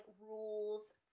rules